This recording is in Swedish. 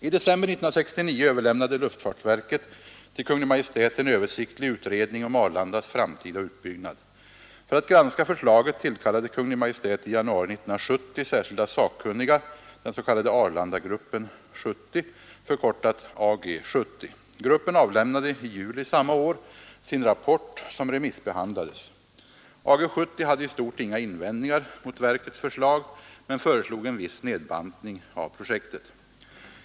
I december 1969 överlämnade luftfartsverket till Kungl. Maj:t en översiktlig utredning om Arlandas framtida utbyggnad. För att granska förslaget tillkallade Kungl. Maj:t i januari 1970 särskilda sakkunniga, den s.k. Arlandagruppen 70, förkortat Ag 70. Gruppen avlämnade i juli samma år sin rapport, som remissbehandlades. Ag 70 hade i stort inga invändningar mot verkets förslag men föreslog en viss nedbantning av projektet.